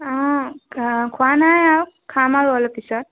অঁ খোৱা নাই আৰু খাম আৰু অলপ পিছত